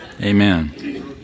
Amen